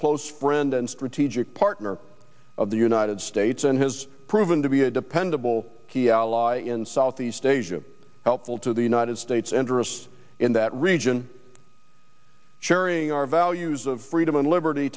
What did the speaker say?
close friend and strategic partner of the united states and has proven to be a dependable key ally in southeast a helpful to the united states interests in that region sharing our values of freedom and liberty